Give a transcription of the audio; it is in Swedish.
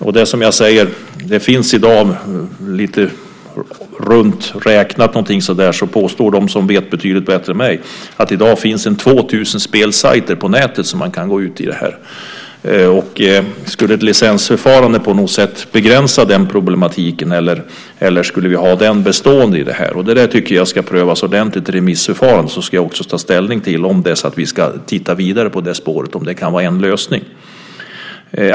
Runt räknat finns det i dag, påstår de som vet betydligt bättre än jag, 2 000 spelsajter på nätet. Om ett licensförfarande på något sätt skulle begränsa problematiken eller om vi skulle ha den bestående tycker jag ska prövas ordentligt i ett remissförfarande. Sedan kan jag ta ställning till om vi ska titta vidare på om det spåret kan vara en lösning.